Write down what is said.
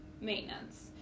maintenance